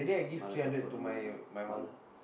mother support the mother father